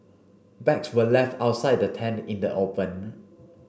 bags were left outside the tent in the open